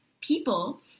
people